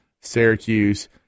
Syracuse